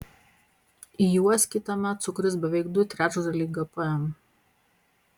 į juos kitąmet sukris beveik du trečdaliai gpm